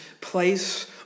place